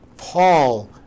Paul